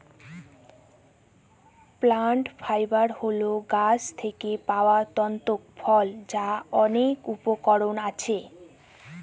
plant fibre হল গাছ থেকে পাওয়া তন্তু ফল যার অনেক উপকরণ আছে